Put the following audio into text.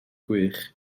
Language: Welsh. gwych